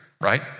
right